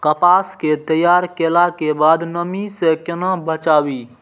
कपास के तैयार कैला कै बाद नमी से केना बचाबी?